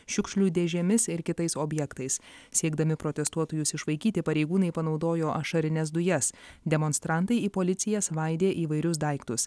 šiukšlių dėžėmis ir kitais objektais siekdami protestuotojus išvaikyti pareigūnai panaudojo ašarines dujas demonstrantai į policiją svaidė įvairius daiktus